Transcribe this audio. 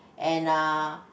and uh